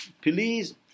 please